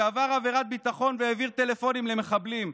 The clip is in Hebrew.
שעבר עבירת ביטחון והעביר טלפונים למחבלים,